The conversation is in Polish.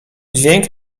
dźwięk